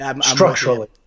structurally